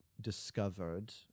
discovered